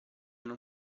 non